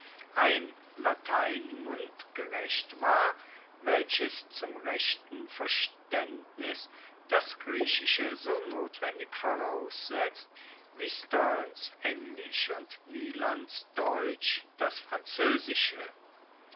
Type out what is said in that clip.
ein latein mundgerecht war welches zum rechten verstaendnis das griechische so notwendig voraussetzt wie sternes englisch und wielands deutsch das franzoesische